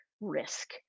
risk